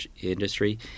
industry